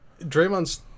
Draymond